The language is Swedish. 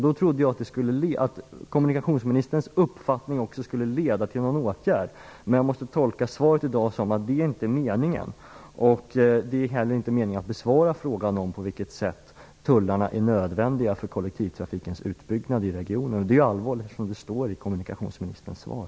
Då trodde jag att kommunikationsministerns uppfattning också skulle leda till någon åtgärd. Men jag måste tolka svaret i dag så, att detta inte är meningen och att det inte heller är meningen att besvara frågan om på vilket sätt tullarna är nödvändiga för kollektivtrafikens utbyggnad i regionen. Det är allvarligt, eftersom det står i kommunikationsministerns svar.